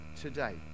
Today